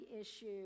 issue